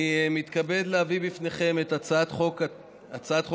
אני מתכבד להביא לפניכם את הצעת חוק התכנון